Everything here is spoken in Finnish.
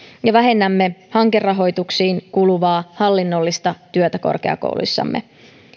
ja vähennämme hankerahoituksiin kuuluvaa hallinnollista työtä korkeakouluissamme